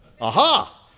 Aha